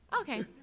Okay